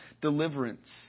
deliverance